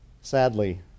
sadly